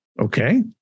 Okay